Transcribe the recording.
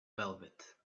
velvet